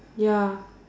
ya